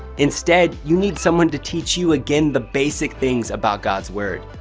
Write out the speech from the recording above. instead, you need someone to to you again the basic things about god's word.